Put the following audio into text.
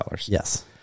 Yes